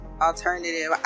alternative